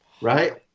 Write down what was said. Right